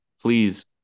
please